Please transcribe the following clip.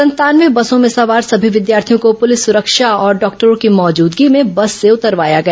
संतानवे बसों में सवार सभी विद्यार्थियों को पुलिस सुरक्षा और डॉक्टरों की मौजूदगी में बस से उतारवाया गया